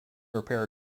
repair